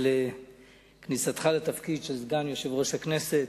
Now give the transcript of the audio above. על כניסתך לתפקיד של סגן יושב-ראש הכנסת,